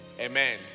Amen